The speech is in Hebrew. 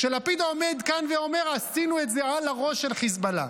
כשלפיד עומד כאן ואומר: עשינו את זה על הראש של חיזבאללה.